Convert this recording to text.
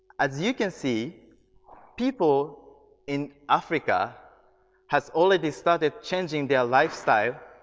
as you can see people in africa has already started changing their lifestyle.